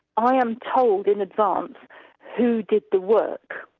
i am told in advance who did the work.